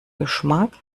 geschmack